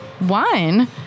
wine